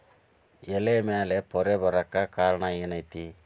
ಎಲೆ ಮ್ಯಾಲ್ ಪೊರೆ ಬರಾಕ್ ಕಾರಣ ಏನು ಐತಿ?